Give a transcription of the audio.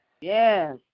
Yes